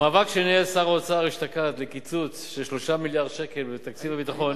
המאבק שניהל שר האוצר אשתקד לקיצוץ של 3 מיליארד שקל בתקציב הביטחון,